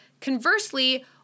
Conversely